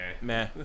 meh